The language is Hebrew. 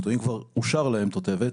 לקטועים כבר אושרה תותבת,